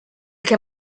che